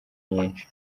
nyinshi